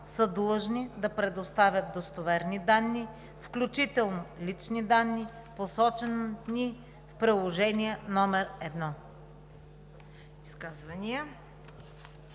са длъжни да предоставят достоверни данни, включително лични данни, посочени в Приложение № 1.“